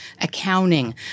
accounting